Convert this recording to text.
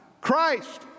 Christ